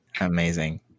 amazing